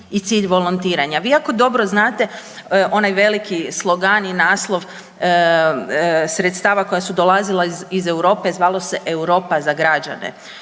i cilj volontiranja. Vi jako dobro znate, onaj veliki slogan i naslov sredstava koja su dolazila iz Europe, zvalo se Europa za građane.